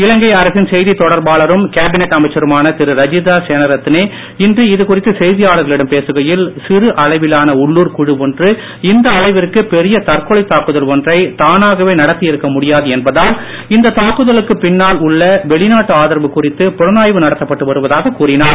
இலங்கை அரசின் செய்தி தொடர்பாளரும் கேபினட் அமைச்சருமான திரு ரஜிதா சேனரத்னே இன்று இதுகுறித்து செய்தியாளர்களிடம் பேசுகையில் சிறு அளவிலான உள்ளுர் குழு ஒன்று இந்த அளவிற்கு பெரிய தற்கொலை தாக்குதல் ஒன்றை தானாகவே நடத்தி இருக்க முடியாது என்பதால் இந்த தாக்குதலுக்கு பின்னால் உள்ள வெளிநாட்டு ஆதரவு குறித்து புலனாய்வு நடத்தப்பட்டு வருவதாக கூறினார்